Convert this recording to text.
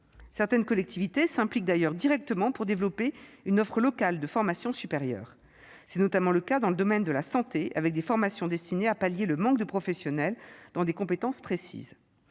Certaines collectivités s'impliquent d'ailleurs directement dans le développement d'une offre locale de formation supérieure. C'est notamment le cas dans le domaine de la santé, avec des formations destinées à pallier le manque de professionnels maîtrisant telle ou telle compétence précise.